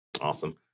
awesome